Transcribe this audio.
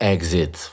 Exit